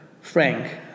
Frank